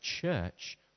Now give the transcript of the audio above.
church